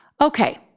Okay